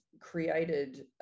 created